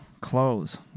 clothes